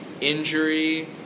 injury